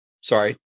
Sorry